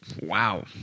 wow